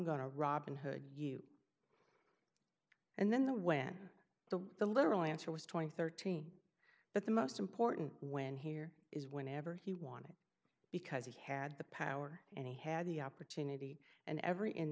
to robin hood you and then the when the the literal answer was twenty thirteen but the most important when here is whenever he wanted because he had the power and he had the opportunity and every